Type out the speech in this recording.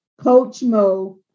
coachmo